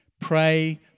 pray